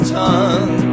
tongue